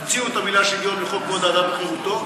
הוציאו את המילה שוויון מחוק כבוד האדם וחירותו,